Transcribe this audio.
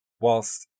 Whilst